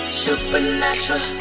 supernatural